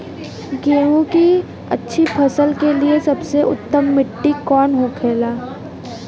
गेहूँ की अच्छी फसल के लिए सबसे उत्तम मिट्टी कौन होखे ला?